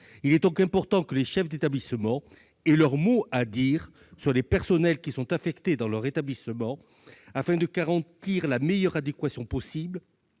Il est donc important que les chefs d'établissement aient leur mot à dire sur les personnels qui sont affectés dans leur établissement, afin de garantir la meilleure adéquation possible